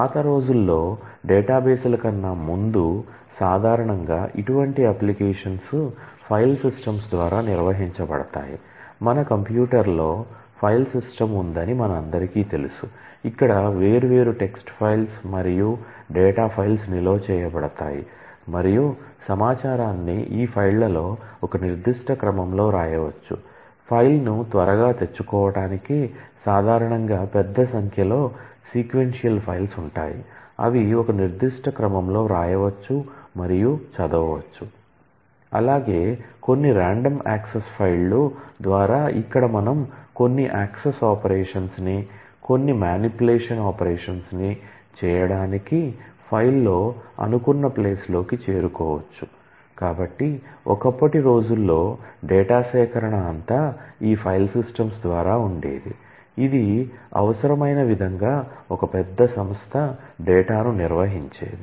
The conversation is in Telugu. పాత రోజుల్లో డేటాబేస్ల ద్వారా ఉండేది ఇది అవసరమైన విధంగా ఒక పెద్ద సంస్థ డేటాను నిర్వహించేది